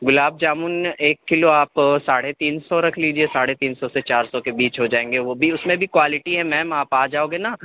گلاب جامن ایک کلو آپ ساڑھے تین سو رکھ لیجیے ساڑھے تین سو چار سو کے بیچ ہو جائیں گے وہ بھی اس میں بھی کوالیٹی ہے میم آپ آ جاؤ گے نہ